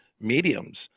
mediums